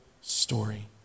story